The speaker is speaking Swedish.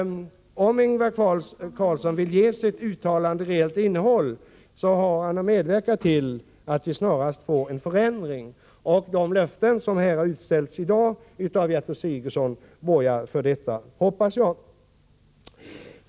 Om Ingvar Carlsson vill ge sitt uttalande ett reellt innehåll, har han att medverka till att vi snarast får en förändring. De löften som i dag har utställts av Gertrud Sigurdsen borgar för detta, hoppas jag.